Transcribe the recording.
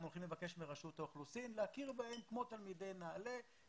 הולכים לבקש מרשות האוכלוסין להכיר בהם כמו תלמידי נעל"ה,